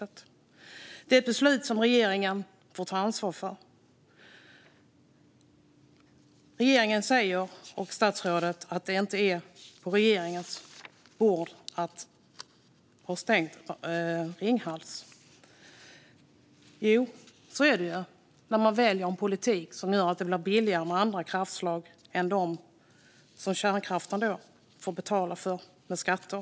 Det är ett beslut som regeringen får ta ansvar för. Regeringen och statsrådet säger att stängningen av Ringhals inte låg på regeringens bord. Men jo, så är det när man väljer en politik som gör att det blir billigare med andra kraftslag än de som kärnkraften får betala för med skatter.